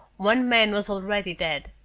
one man was already dead.